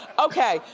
okay,